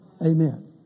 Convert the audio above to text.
Amen